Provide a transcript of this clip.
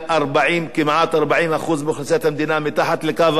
כמעט 40% מאוכלוסיית המדינה מתחת לקו העוני,